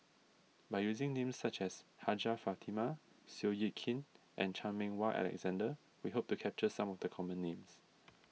by using names such as Hajjah Fatimah Seow Yit Kin and Chan Meng Wah Alexander we hope to capture some of the common names